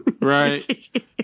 right